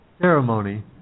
ceremony